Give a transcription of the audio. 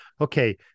okay